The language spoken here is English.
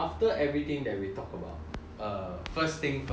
err first thing first 你的朋友很有钱吗